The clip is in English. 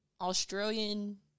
Australian